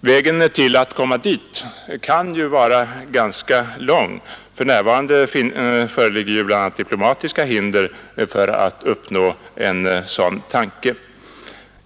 Vägen dit kan vara ganska lång — för närvarande föreligger ju bl.a. diplomatiska hinder för att uppnå detta.